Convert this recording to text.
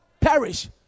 perish